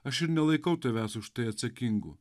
aš ir nelaikau tavęs už tai atsakingu